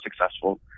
successful